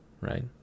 right